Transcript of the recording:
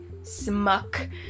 smuck